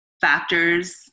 factors